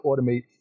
automate